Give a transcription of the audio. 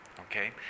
okay